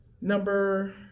Number